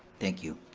thank you.